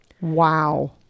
Wow